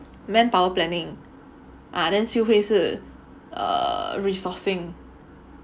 manpower planning ah then Siew Hui 是 err resourcing